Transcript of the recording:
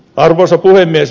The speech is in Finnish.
arvoisa puhemies